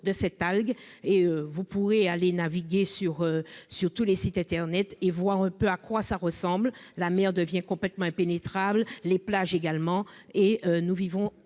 de cette algue. Vous pouvez aller naviguer sur tous les sites internet et voir à quoi cela ressemble. La mer devient complètement impénétrable, les plages également. Nous vivons,